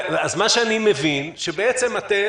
אז מה שאני מבין ואגב,